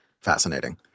fascinating